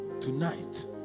Tonight